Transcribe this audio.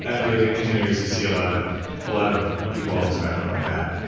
ah if you look at engineers, you see a lot ah ah lot of people on the spectrum like that,